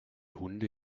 hunde